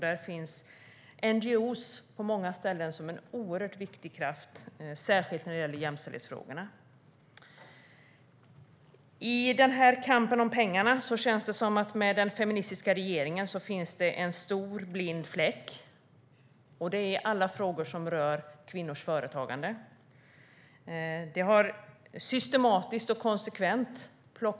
Där finns NGO:er på många ställen som en oerhört viktig kraft, särskilt när det gäller jämställdhetsfrågorna. I kampen om pengarna känns det som att med den feministiska regeringen finns det en stor blind fläck, och det är alla frågor som rör kvinnors företagande.